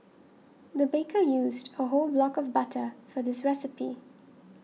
the baker used a whole block of butter for this recipe